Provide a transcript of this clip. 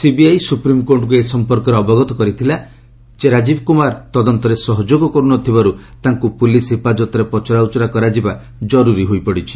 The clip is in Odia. ସିବିଆଇ ସୁପ୍ରିମ୍କୋର୍ଟଙ୍କୁ ଏ ସମ୍ପର୍କରେ ଅବଗତ କରିଥିଲା ଯେ ରାଜୀବ୍ କୁମାର ତଦନ୍ତରେ ସହଯୋଗ କରୁ ନ ଥିବାରୁ ତାଙ୍କୁ ପୁଲିସ୍ ହେଫାଜତ୍ରେ ପଚରା ଉଚରା କରାଯିବା ଜରୁରୀ ହୋଇପଡ଼ିଛି